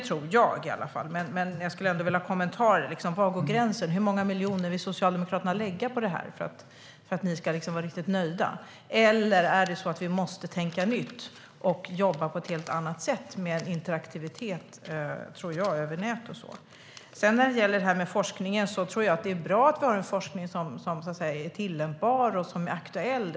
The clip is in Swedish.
Men jag skulle ändå vilja ha en kommentar om var gränsen går. Hur många miljoner vill Socialdemokraterna satsa på detta för att ni ska bli nöjda? Eller måste vi tänka nytt och jobba på ett helt annat sätt med interaktivitet över nätet? Det är bra att vi har en forskning som är tillämpbar och aktuell.